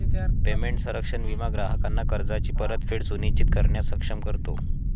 payment संरक्षण विमा ग्राहकांना कर्जाची परतफेड सुनिश्चित करण्यास सक्षम करतो